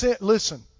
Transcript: listen